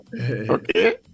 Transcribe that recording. okay